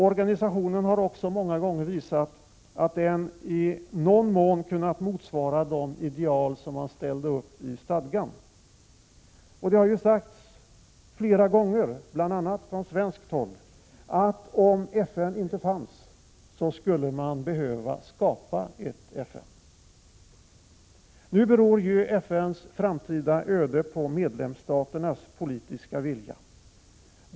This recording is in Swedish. Organisationen har också många gånger visat att den i någon mån kunnat motsvara de ideal som man ställde upp i stadgan. Det har sagts flera gånger, bl.a. från svenskt håll, att om FN inte fanns skulle man behöva skapa ett FN. FN:s framtida öde beror nu på medlemsstaternas politiska vilja.